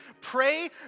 pray